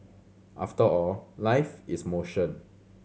after all life is motion